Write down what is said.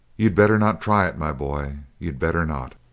you'd better not try it, my boy you'd better not!